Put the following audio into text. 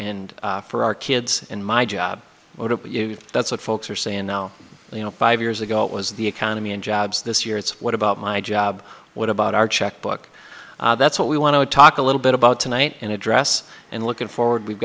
and for our kids and my job that's what folks are saying now you know five years ago it was the economy and jobs this year it's what about my job what about our checkbook that's what we want to talk a little bit about tonight and address and looking forward we've